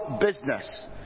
business